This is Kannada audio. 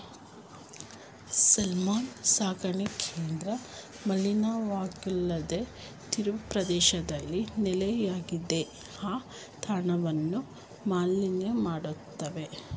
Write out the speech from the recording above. ಸಾಲ್ಮನ್ ಸಾಕಣೆ ಕೇಂದ್ರ ಮಲಿನವಾಗಿಲ್ಲದ ತೀರಪ್ರದೇಶದಲ್ಲಿ ನೆಲೆಯಾಗಿದ್ದು ಆ ತಾಣವನ್ನು ಮಾಲಿನ್ಯ ಮಾಡ್ತವೆ